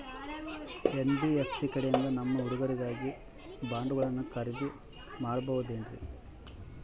NBFC ಕಡೆಯಿಂದ ನಮ್ಮ ಹುಡುಗರಿಗಾಗಿ ಬಾಂಡುಗಳನ್ನ ಖರೇದಿ ಮಾಡಬಹುದೇನ್ರಿ?